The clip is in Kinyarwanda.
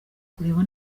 kureba